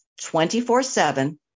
24-7